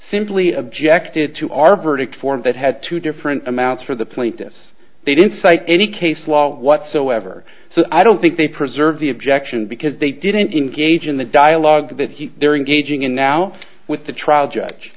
simply objected to our verdict form that had two different amounts for the plaintiffs they didn't cite any case law whatsoever so i don't think they preserve the objection because they didn't engage in the dialogue that he they're engaging in now with the trial judge